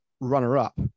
runner-up